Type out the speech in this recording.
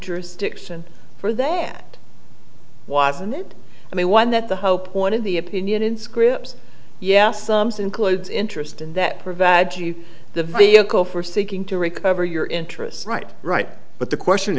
jurisdiction for that wasn't it i mean one that the hope point of the opinion in scripts yes sums in clothes interest in that provide the vehicle for seeking to recover your interest right right but the question